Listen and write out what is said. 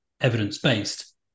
evidence-based